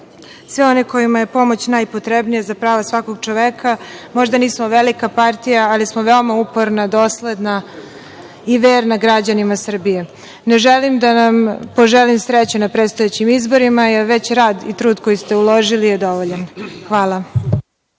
sve one kojima je pomoć najpotrebnija za prava svakog čoveka. Možda nismo velika partija, ali smo veoma uporna, dosledna i verna građanima Srbije. Ne želim da nam poželim sreću predstojećim izborima, jer već radi i trud koji ste uložili je dovoljan. Hvala.